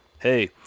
hey